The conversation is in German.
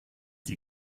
die